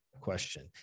question